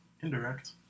Indirect